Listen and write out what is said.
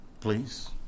Please